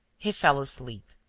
he fell asleep.